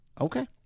Okay